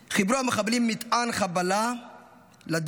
חיברו המחבלים מטען חבלה לדלת.